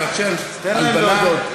לאנשי ההלבנה,